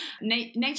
Nature